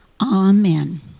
Amen